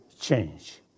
change